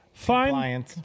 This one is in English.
Fine